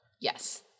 Yes